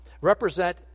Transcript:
represent